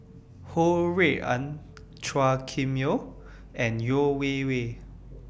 Ho Rui An Chua Kim Yeow and Yeo Wei Wei